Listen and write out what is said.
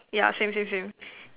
yeah same same same